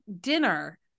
dinner